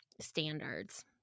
standards